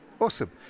awesome